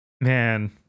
Man